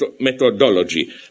methodology